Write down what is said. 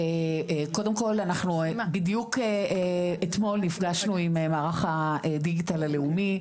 קודם כל אנחנו בדיוק אתמול נפגשנו עם מערך הדיגיטל הלאומי,